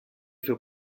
für